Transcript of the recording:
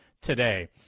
today